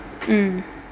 mm